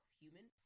human